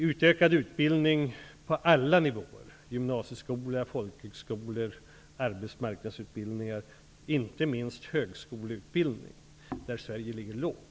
Utökad utbildning är viktig på alla nivåer -- gymnasieskola, folkhögskolor, arbetsmarknadsutbildningar och inte minst högskoleutbildning, där Sverige ligger lågt.